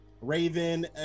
Raven